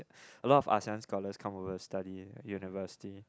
a lot of Asean scholars come over to study university